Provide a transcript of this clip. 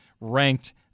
ranked